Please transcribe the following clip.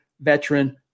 veteran